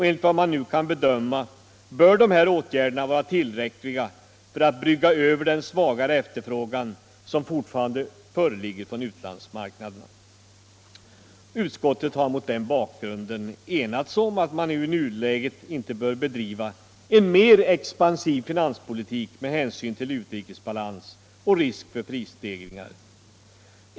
Enligt vad man nu kan bedöma bör dessa åtgärder vara tillräckliga för att brygga över den svagare efterfrågan som fortfarande föreligger från utlandsmarknaderna. Utskottet har mot den bakgrunden enats om att man i nuläget inte bör bedriva en mer expansiv finanspolitik med hänsyn till utrikesbalans och risk för prisstegringar.